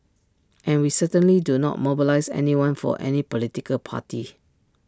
and we certainly do not mobilise anyone for any political party